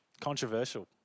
Controversial